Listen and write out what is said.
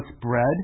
bread